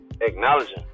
acknowledging